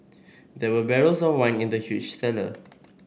there were barrels of wine in the huge cellar